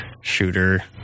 shooter